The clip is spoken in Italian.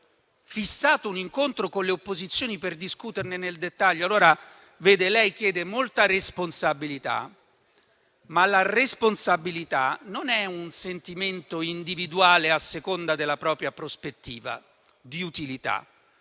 fissato un incontro con le opposizioni per discuterne nel dettaglio? Lei chiede molta responsabilità, ma la responsabilità non è un sentimento individuale, a seconda della propria prospettiva di utilità.